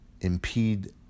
impede